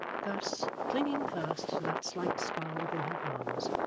thus, clinging fast to that slight spar within her arms,